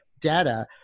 data